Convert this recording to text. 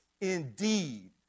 indeed